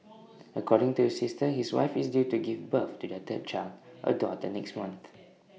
according to his sister his wife is due to give birth to their third child A daughter next month